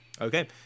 Okay